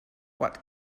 what